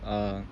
um